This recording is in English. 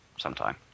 sometime